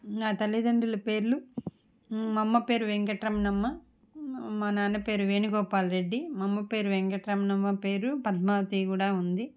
నా తల్లితండ్రుల పేర్లు మా అమ్మ పేరు వెంకటరమణమ్మ మా నాన్న పేరు వేణుగోపాల్ రెడ్డి మా అమ్మ పేరు వెంకటరమణమ్మ పేరు పద్మావతి కూడా ఉంది